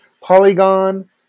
Polygon